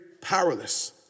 powerless